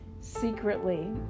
secretly